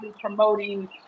promoting